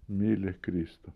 myli kristų